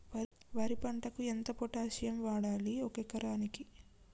వరి పంటకు ఎంత పొటాషియం వాడాలి ఒక ఎకరానికి?